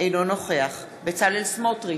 אינו נוכח בצלאל סמוטריץ,